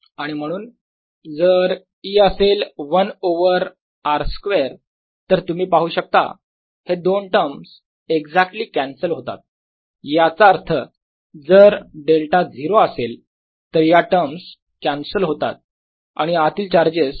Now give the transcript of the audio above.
आणि म्हणून जर E असेल 1 ओवर r स्क्वेअर तर तुम्ही पाहू शकता हे दोन टर्म्स एक्झॅक्टली कॅन्सल होतात याचा अर्थ जर डेल्टा 0 असेल तर या टर्म्स कॅन्सल होतात आणि आतील चार्जेस 0 होतील